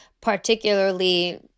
particularly